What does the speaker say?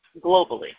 Globally